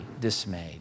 dismayed